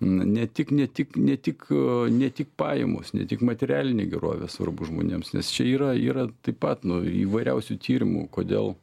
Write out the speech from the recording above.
n ne tik ne tik ne tik ne tik pajamos ne tik materialinė gerovė svarbu žmonėms nes čia yra yra taip pat nuo įvairiausių tyrimų kodėl